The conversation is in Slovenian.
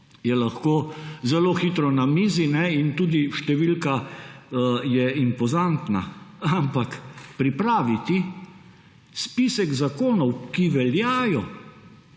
je lahko zelo hitro na mizi in tudi številka je impozantna. Ampak pripraviti spisek zakonov, ki veljajo,